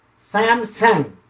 Samsung